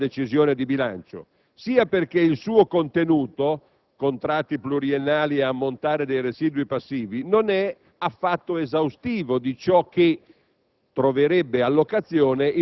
(non è oggetto della decisione di bilancio), sia perché il suo contenuto (contratti pluriennali e ammontare dei residui passivi) non è affatto esaustivo di ciò che